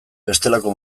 bestelako